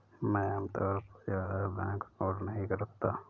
मैं आमतौर पर ज्यादा बैंकनोट नहीं रखता